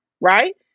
right